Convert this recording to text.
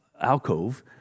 alcove